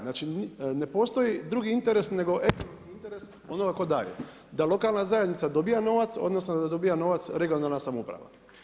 Znači ne postoji drugi interes nego ekonomski interes onoga tko daje, da lokalna zajednica dobija novac odnosno da dobija novac regionalna samouprava.